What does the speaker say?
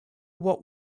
what